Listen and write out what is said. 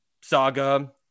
saga